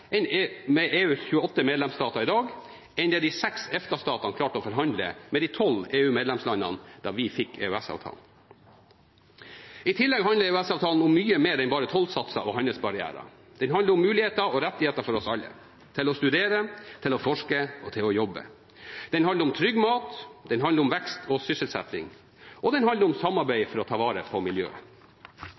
med EUs 28 medlemsstater i dag enn det de seks EFTA-statene klarte å forhandle fram med de tolv EU-medlemslandene da vi fikk EØS-avtalen. I tillegg handler EØS-avtalen om mye mer enn bare tollsatser og handelsbarrierer. Den handler om muligheter og rettigheter for oss alle, til å studere, til å forske og til å jobbe. Den handler om trygg mat. Den handler om vekst og sysselsetting. Den handler om samarbeid for å ta vare på miljøet.